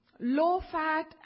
low-fat